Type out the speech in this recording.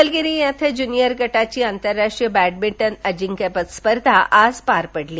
Bulgaria इथं junior गटाची आंतरराष्ट्रीय बॅडमिंटन अजिंक्यपद स्पर्धा आज पार पडली